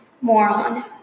Moron